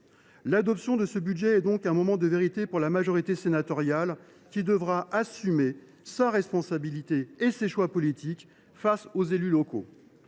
L’adoption de ce budget est donc un moment de vérité pour la majorité sénatoriale, qui devra assumer sa responsabilité et ses choix politiques face aux élus locaux.